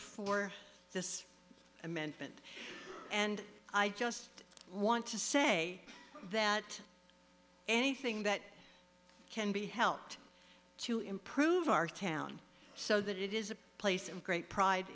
for this amendment and i just want to say that anything that can be helped to improve our town so that it is a place of great pride